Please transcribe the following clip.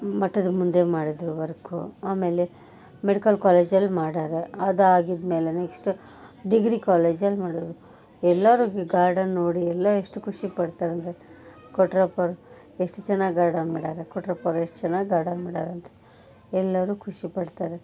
ಮಠದ ಮುಂದೆ ಮಾಡಿದರು ವರ್ಕು ಆಮೇಲೆ ಮೆಡಿಕಲ್ ಕಾಲೇಜಲ್ಲಿ ಮಾಡಿದಾರೆ ಅದಾಗಿದ್ದ ಮೇಲೆ ನೆಕ್ಸ್ಟ ಡಿಗ್ರಿ ಕಾಲೇಜಲ್ಲಿ ಮಾಡಿದ್ರು ಎಲ್ಲಾರು ಗಿ ಗಾರ್ಡನ್ ನೋಡಿ ಎಲ್ಲ ಎಷ್ಟು ಖುಷಿ ಪಡ್ತಾರಂದರೆ ಕೊಟ್ರಪ್ಪೋರು ಎಷ್ಟು ಚೆನ್ನಾಗ್ ಗಾರ್ಡನ್ ಮಾಡ್ಯಾರೆ ಕೊಟ್ರಪ್ಪೋರು ಎಷ್ಟು ಚೆನ್ನಾಗ್ ಗಾರ್ಡನ್ ಮಾಡ್ಯಾರೆ ಅಂತ ಎಲ್ಲರೂ ಖುಷಿಪಡ್ತಾರೆ